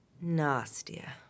nastier